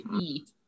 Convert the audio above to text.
eat